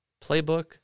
playbook